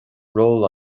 ról